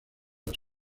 las